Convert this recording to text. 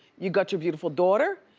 you got your beautiful daughter,